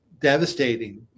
devastating